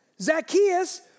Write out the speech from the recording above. Zacchaeus